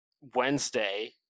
Wednesday